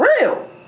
real